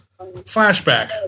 flashback